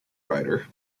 writer